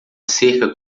cerca